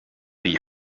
die